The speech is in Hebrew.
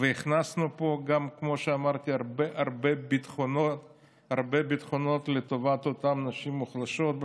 והכנסנו פה גם כמו שאמרתי הרבה הרבה ביטחונות לטובת אותן נשים מוחלשות.